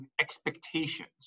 expectations